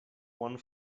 one